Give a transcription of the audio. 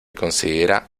considera